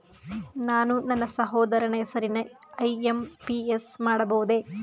ನಾನು ನನ್ನ ಸಹೋದರನ ಹೆಸರಿಗೆ ಐ.ಎಂ.ಪಿ.ಎಸ್ ಮಾಡಬಹುದೇ?